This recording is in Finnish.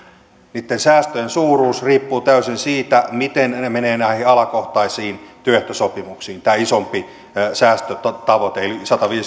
niitten säästöjen suuruus riippuu täysin siitä miten ne ne menevät näihin alakohtaisiin työehtosopimuksiin tämä isompi säästötavoite eli sataviisikymmentä